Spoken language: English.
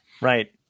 Right